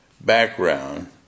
background